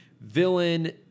villain